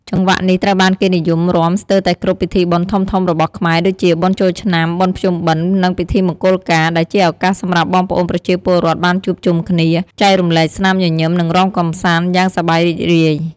ចង្វាក់នេះត្រូវបានគេនិយមរាំស្ទើរតែគ្រប់ពិធីបុណ្យធំៗរបស់ខ្មែរ ដូចជាបុណ្យចូលឆ្នាំ បុណ្យភ្ជុំបិណ្ឌ និងពិធីមង្គលការ ដែលជាឱកាសសម្រាប់បងប្អូនប្រជាពលរដ្ឋបានជួបជុំគ្នា ចែករំលែកស្នាមញញឹម និងរាំកម្សាន្តយ៉ាងសប្បាយរីករាយ។